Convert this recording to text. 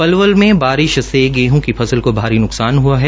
पलवल में बारिश से गेहूं की फसल को भारी नुकसान हुआ है